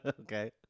Okay